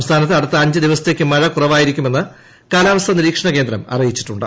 സംസ്ഥാനത്ത് അടുത്ത അഞ്ച് ദിവസത്തേക്ക് മഴ കുറവായിരിക്കുമെന്ന് കാലാവസ്ഥാ നിരീക്ഷണകേന്ദ്രം അറിയിച്ചിട്ടുണ്ട്